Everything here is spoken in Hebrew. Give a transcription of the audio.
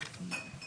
אבל